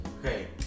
okay